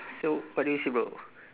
so what do you see bro